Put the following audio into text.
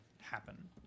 happen